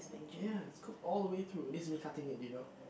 ya it's cooked all the way through this is me cutting it do you know